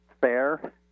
Fair